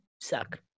suck